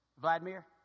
Vladimir